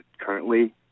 currently